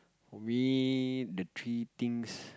we the three things